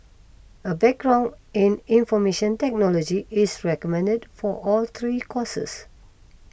a background in information technology is recommended for all three courses